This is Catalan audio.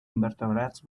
invertebrats